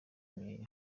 imyeyo